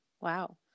wow